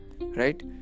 right